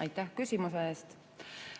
Aitäh küsimuse eest!